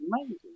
amazing